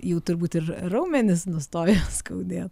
jau turbūt ir raumenys nustojo skaudėt